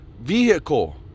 vehicle